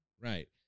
right